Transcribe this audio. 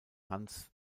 hans